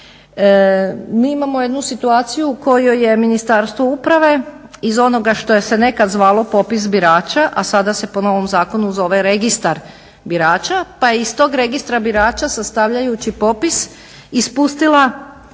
Mi imamo jednu situaciju u kojoj je Ministarstvo uprave iz onoga što se nekad zvalo Popis birača, a sada se po novom zakonu zove Registar birača pa je iz tog Registra birača sastavljajući popis ispustila